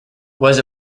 was